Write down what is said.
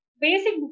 basic